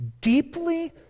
deeply